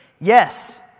Yes